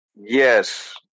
Yes